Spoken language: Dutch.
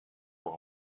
voor